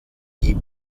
die